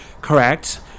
Correct